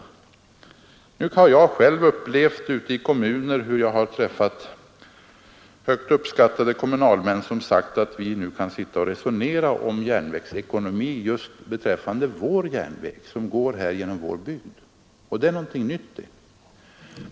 Jag har nu själv ute i kommunerna träffat högt uppskattade kommunalmän, som har sagt att nu kan vi sitta och resonera om järnvägsekonomi just när det gäller den järnväg som går genom vår bygd.